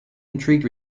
intrigued